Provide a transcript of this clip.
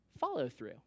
follow-through